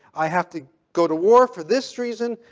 i have to go to war for this reason.